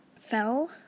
fell